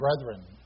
brethren